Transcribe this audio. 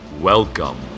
Welcome